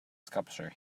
sculpture